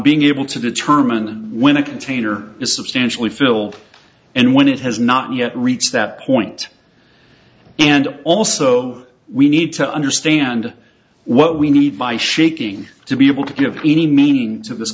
being able to determine when a container is substantially filled and when it has not yet reached that point and also we need to understand what we need by shaking to be able to give any means of this